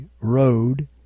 road